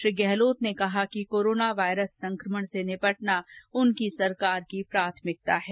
श्री गहलोत ने कहा कि कोरोना वायरस संक्रमण से निपटना उनकी सरकार की प्राथमिकता है